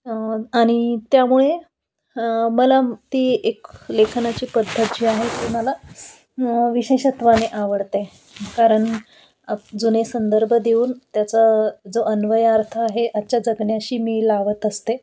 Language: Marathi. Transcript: आणि त्यामुळे मला ती एक लेखनाची पद्धत जी आहे ती मला विशेषत्वाने आवडते कारण जुने संदर्भ देऊन त्याचा जो अन्वयार्थ आहे आजच्या जगण्याशी मी लावत असते